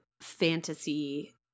fantasy